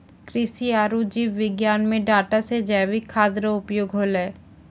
कृषि आरु जीव विज्ञान मे डाटा से जैविक खाद्य रो उपयोग होलै